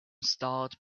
starred